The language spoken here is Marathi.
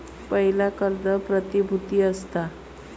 पयला कर्ज प्रतिभुती असता